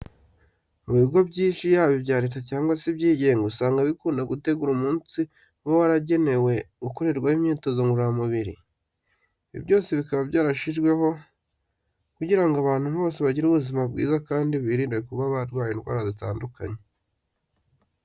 Mu bigo byinshi yaba ibya Leta cyangwa se ibyigenga usanga bikunda gutegura umunsi uba waragenewe gukorerwaho imyitozo ngororamubiri. Ibi byose biba byarashyizweho kugira ngo abantu bose bagire ubuzima bwiza kandi birinde kuba barwara indwara zitandura.